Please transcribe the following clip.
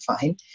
fine